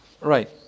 Right